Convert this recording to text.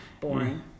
Boring